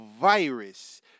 virus